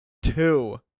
Two